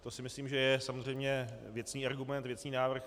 To si myslím, že je samozřejmě věcný argument, věcný návrh.